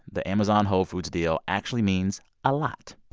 the amazon-whole foods deal actually means a lot